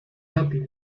rápido